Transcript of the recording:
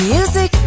Music